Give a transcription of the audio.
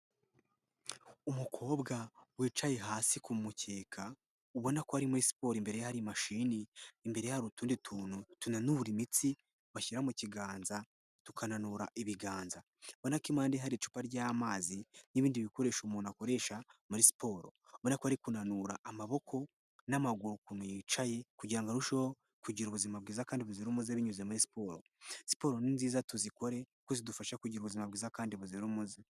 Umukobwa wicaye hasi kumukeka ubona ko ari muri siporo imbere hari i mashini, imbere hari utundi tuntu tunura imitsi bashyira mu biganza tukananura ibiganza, urabona ko impade ye hari icupa ry'amazi n'ibindi bikoresho umuntu akoresha muri siporo, murabona ko ari kunanura amaboko n'amaguru ukuntu yicaye kugirango ngo arusheho kugira ubuzima bwiza kandi buzira umuze binyuze muri siporo, siporo ni nziza tuzikore kuko zidufasha kugira ubuzima bwiza kandi buzira umuze.